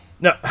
no